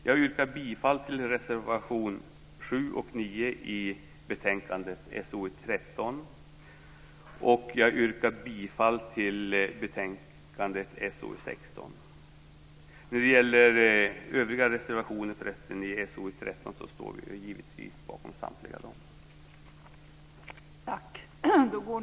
Jag yrkar bifall till reservationerna 7 och 9 i betänkande SoU13, och jag yrkar bifall till utskottets förslag i betänkande SoU16. Vi står givetvis bakom samtliga våra övriga reservationer i